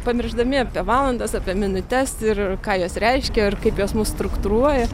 pamiršdami apie valandas apie minutes ir ką jos reiškia ar kaip jos mus struktūruoja